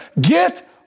get